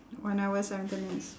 one hour seventeen minutes